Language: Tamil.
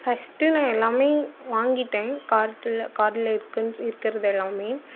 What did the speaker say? ஃபர்ஸ்ட்டு நான் எல்லாமே வாங்கிவிட்டேன் கார்ட்டுல்ல கார்டில் இருக்குன் சோ இருக்கிறது எல்லாமே